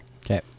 Okay